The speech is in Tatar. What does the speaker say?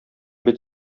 бит